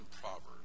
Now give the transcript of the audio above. Proverbs